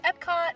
Epcot